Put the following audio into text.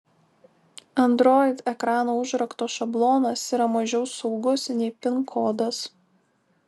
android ekrano užrakto šablonas yra mažiau saugus nei pin kodas